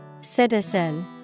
Citizen